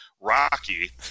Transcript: rocky